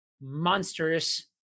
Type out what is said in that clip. monstrous